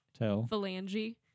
phalange